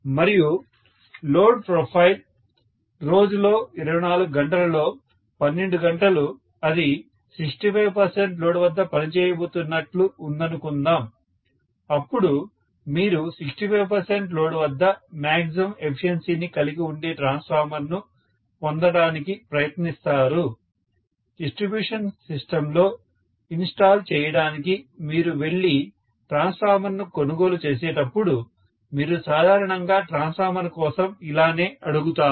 మరియు load profile రోజులో 24 గంటలలో 12 గంటలు అది 65 లోడ్ వద్ద పని చేయబోతున్నట్టు ఉందనుకుందాం అప్పుడు మీరు 65 లోడ్ వద్ద మ్యాగ్జిమమ్ ఎఫిషియన్సీని కలిగి ఉండే ట్రాన్స్ఫార్మర్ను పొందడానికి ప్రయత్నిస్తారు డిస్ట్రిబ్యూషన్ సిస్టంలో ఇన్స్టాల్ చేయడానికి మీరు వెళ్లి ట్రాన్స్ఫార్మర్ను కొనుగోలు చేసేటప్పుడు మీరు సాధారణంగా ట్రాన్స్ఫార్మర్ కోసం ఇలానే అడుగుతారు